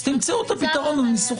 תמצאו את הפתרון הניסוחי.